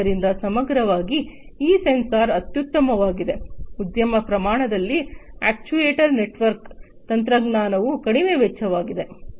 ಆದ್ದರಿಂದ ಸಮಗ್ರವಾಗಿ ಈ ಸೆನ್ಸಾರ್ ಅತ್ಯುತ್ತಮವಾಗಿದೆ ಉದ್ಯಮ ಪ್ರಮಾಣದಲ್ಲಿ ಅಕ್ಚುಯೆಟರ್ ನೆಟ್ವರ್ಕ್ ತಂತ್ರಜ್ಞಾನವು ಕಡಿಮೆ ವೆಚ್ಚವಾಗಿದೆ